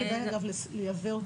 כדאי אגב לייבא את התקנות, שיהיה מסודר.